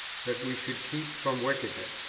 that we should keep from wickedness.